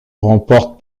remporte